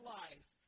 life